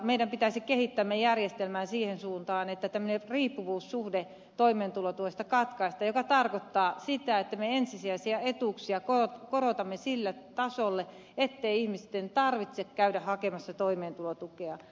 meidän pitäisi kehittää järjestelmäämme siihen suuntaan että tämmöinen riippuvuussuhde toimeentulotuesta katkaistaan mikä tarkoittaa sitä että korotamme ensisijaisia etuuksia sille tasolle ettei ihmisten tarvitse käydä hakemassa toimeentulotukea